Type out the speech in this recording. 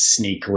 sneakily